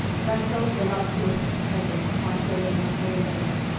and i felt voluptuous tremors pass over my whole body.